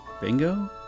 bingo